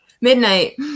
Midnight